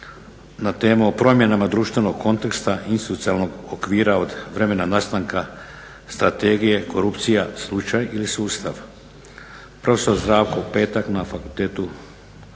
na temu o promjenama društvenog konteksta i …/Govornik se ne razumije./… okvira od vremena nastanka Strategije, korupcija slučaj ili sustav, profesor Zdravko Petak na Fakultetu